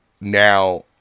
now